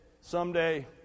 someday